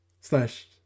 slash